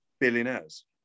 billionaires